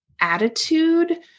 attitude